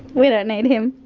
we don't need him.